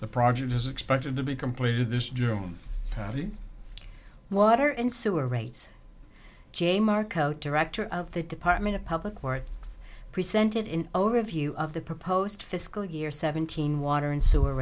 the project is expected to be completed this june patty water and sewer rates jay marco director of the department of public where it's presented in overview of the proposed fiscal year seventeen water and s